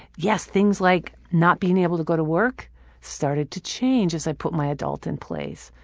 yes, things like not being able to go to work started to change as i put my adult in place.